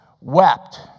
wept